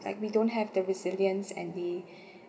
like we don't have the resilience and the